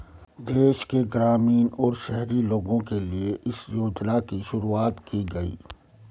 देश के ग्रामीण और शहरी लोगो के लिए इस योजना की शुरूवात की गयी